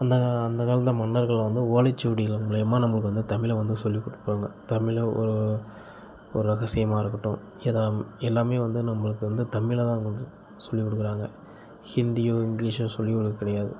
அந்த அந்த காலத்த மன்னர்கள் வந்து ஓலைச்சுவடிகள் மூலயமா நமக்கு வந்து தமிழை வந்து சொல்லிக்கொடுப்பாங்க தமிழை ஒரு ஒரு ரகசியமாக இருக்கட்டும் எதாம் எல்லாமே வந்து நம்மளுக்கு வந்து தமிழ்ல தான் அவங்க வந்து சொல்லிக்கொடுக்குறாங்க ஹிந்தியோ இங்கிலீஷோ சொல்லிக்கொடுக்க கிடையாது